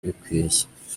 ibikwiye